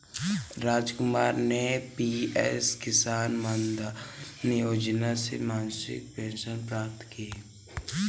रामकुमार ने पी.एम किसान मानधन योजना से मासिक पेंशन प्राप्त की